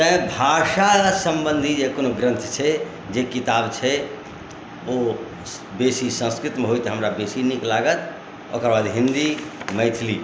तैँ भाषासँ सम्बन्धित जे कोनो ग्रन्थ छै जे किताब छै ओ बेसी सन्स्कृतमे होइ तऽ हमरा बेसी नीक लागत ओकर बाद हिन्दी मैथिली